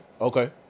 okay